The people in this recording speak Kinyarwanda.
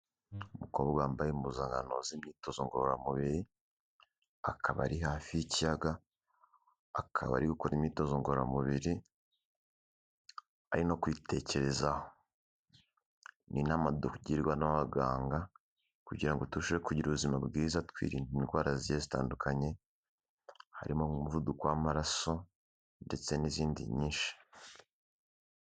Umukobwa wambaye impuzankanoza z'imyitozo ngororamubiri, akaba ari hafi y'ikiyaga, akaba ari gukora imyitozo ngororamubiri ari no kwitekerezaho ni inama tugirwa n'abaganga kugira ngo dushe kugira ubuzima bwiza twirinda indwara zigiye zitandukanye harimo umuvuduko w'amaraso ndetse n'izindi nyinshi.